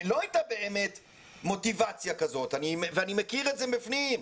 לא הייתה באמת מוטיבציה כזאת ואני מכיר את זה מבפנים.